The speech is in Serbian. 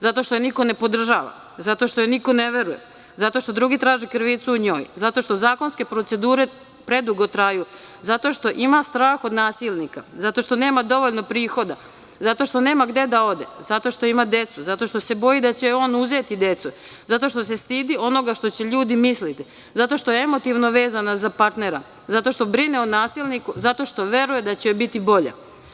Zato što je niko ne podržava, zato što joj niko ne veruje, zato što drugi traže krivicu u njoj, zato što zakonske procedure predugo traju, zato što ima strah od nasilnika, zato što nema dovoljno prihoda, zato što nema gde da ode, zato što ima decu, zato što se boji da će on uzeti decu, zato što se stidi onoga što će ljudi misliti, zato što je emotivno vezana za partnera, zato što brine o nasilniku, zato što veruje da će joj biti bolje.